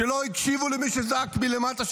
שלא הקשיבו למי שזעק מלמטה,